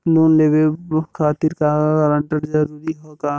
Loan लेवब खातिर guarantor जरूरी हाउ का?